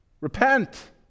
repent